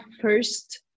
first